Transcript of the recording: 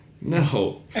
No